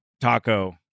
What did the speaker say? taco